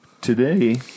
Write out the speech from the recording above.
Today